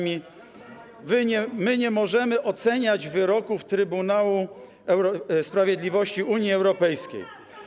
My nie możemy oceniać wyroków Trybunału Sprawiedliwości Unii Europejskiej.